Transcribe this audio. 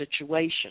situation